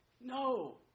No